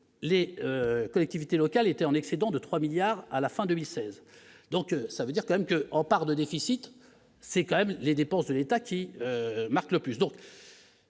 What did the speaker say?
les collectivités locales étaient en excédent de 3 milliards à la fin 2016 donc ça veut dire quand même que en part de déficit, c'est quand même les dépenses de l'État qui marque le plus